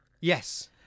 Yes